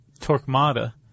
Torquemada